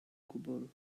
gwbl